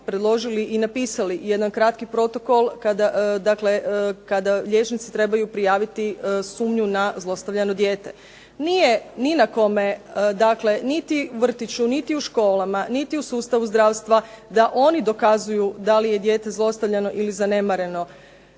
predložili i napisali jedan kratki protokol kada liječnici trebaju prijaviti sumnju na zlostavljano dijete. Nije ni na kome dakle, niti vrtiću niti školama, niti sustavu zdravstva da oni dokazuju da li je dijete zlostavljano ili zanemareno,